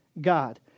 God